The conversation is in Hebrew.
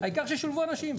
העיקר שישולבו אנשים.